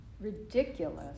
Ridiculous